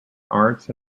arts